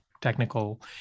technical